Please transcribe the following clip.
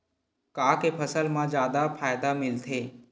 का के फसल मा जादा फ़ायदा मिलथे?